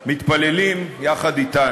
מתפללים יחד אתן.